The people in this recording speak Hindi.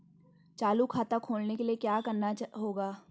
चालू खाता खोलने के लिए क्या करना होगा?